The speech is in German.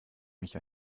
mich